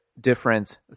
different